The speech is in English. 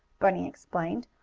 bunny explained,